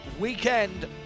weekend